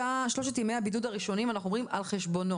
שלושת ימי הבידוד הראשונים אנחנו אומרים שהם על חשבונו,